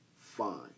fine